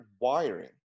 wiring